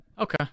Okay